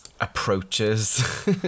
approaches